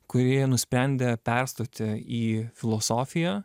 kurie nusprendė perstoti į filosofiją